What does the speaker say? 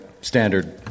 standard